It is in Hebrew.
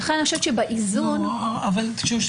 ולכן אני חושבת שמבחינת האיזון --- אני מבין